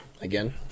Again